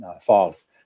false